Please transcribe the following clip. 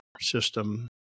system